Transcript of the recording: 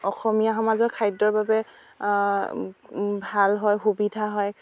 অসমীয়া সমাজৰ খাদ্য়ৰ বাবে ভাল হয় সুবিধা হয়